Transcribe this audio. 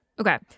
Okay